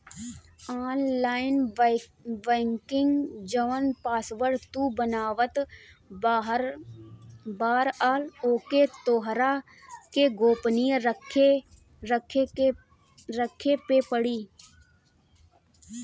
online banking जवन password तू बनावत बारअ ओके तोहरा के गोपनीय रखे पे पड़ी